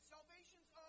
Salvation's